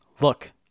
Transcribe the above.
Look